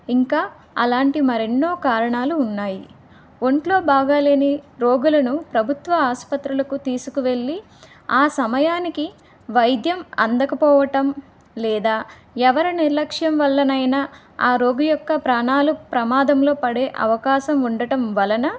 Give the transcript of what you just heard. ఇంకా అలాంటి మరెన్నో కారణాలు ఉన్నాయి ఒంట్లో బాగాలేని రోగులను ప్రభుత్వ ఆసుపత్రులకు తీసుకువెళ్లి ఆ సమయానికి వైద్యం అందకపోవటం లేదా ఎవరి నిర్లక్ష్యం వల్లనైనా ఆ రోగి యొక్క ప్రాణాలు ప్రమాదంలో పడే అవకాశం ఉండటం వలన